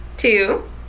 two